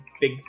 big